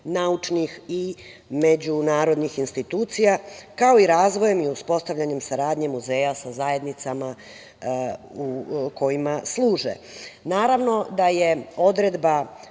naučnih i međunarodnih institucija, kao i razvojem i uspostavljanjem saradnje muzeja sa zajednicama u kojima služe. Naravno da je odredba